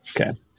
Okay